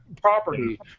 property